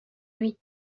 lui